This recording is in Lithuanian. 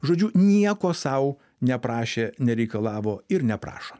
žodžiu nieko sau neprašė nereikalavo ir neprašo